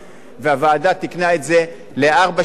והוועדה תיקנה את זה לארבע שנים.